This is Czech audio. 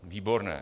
Výborné!